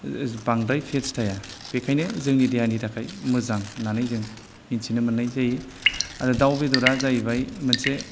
बांद्राय फेट्स थाया बेखायनो जोंनि देहानि थाखाय मोजां होननानै जों मिन्थिनो मोननाय जायो आरो दाउ बेदरा जाहैबाय मोनसे